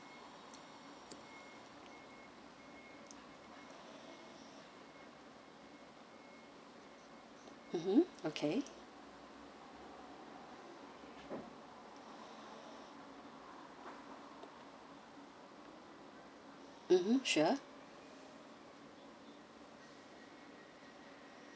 mmhmm okay mmhmm sure